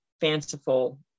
fanciful